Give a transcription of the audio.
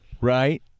Right